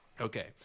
Okay